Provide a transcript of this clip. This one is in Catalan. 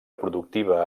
productiva